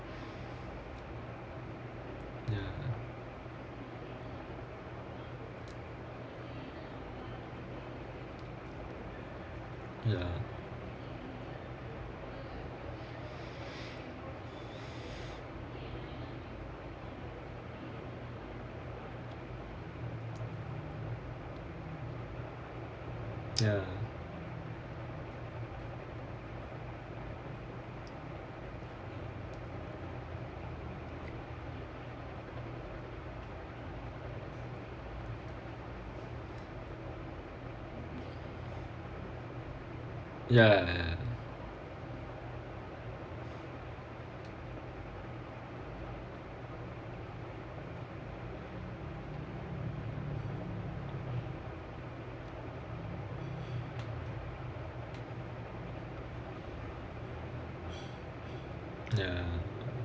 ya ya ya ya ya ya ya